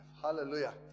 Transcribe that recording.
Hallelujah